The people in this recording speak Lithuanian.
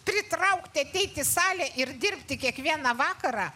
pritraukti ateiti į salę ir dirbti kiekvieną vakarą